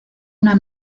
una